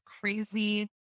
crazy